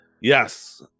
yes